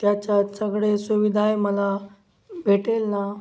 त्याच्यात सगळे सुविधा आहे मला भेटेल ना